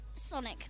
Sonic